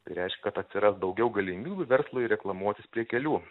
tai reišk kad atsiras daugiau galimybių verslui reklamuotis prie kelių